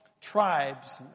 tribes